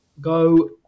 Go